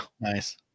nice